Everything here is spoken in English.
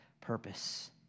purpose